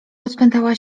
rozpętała